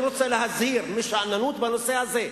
אני רוצה להזהיר משאננות בנושא הזה.